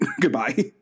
Goodbye